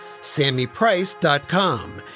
SammyPrice.com